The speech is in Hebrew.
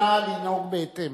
נא לנהוג בהתאם.